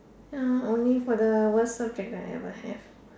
ya only for the worst subjects I ever have